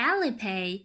Alipay